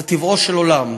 זה טיבו של עולם.